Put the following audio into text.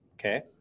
okay